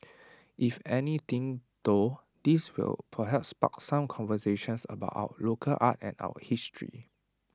if anything though this will perhaps spark some conversations about our local art and our history